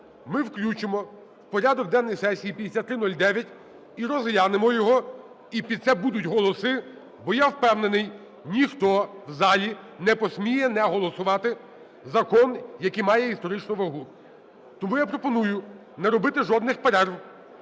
ми включимо в порядок денний сесії 5309 і розглянемо його, і під це будуть голоси, бо я впевнений: ніхто в залі не посміє не голосувати закон, який має історичну вагу. Тому я пропоную не робити жодних перерв,